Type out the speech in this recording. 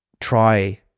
try